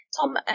Tom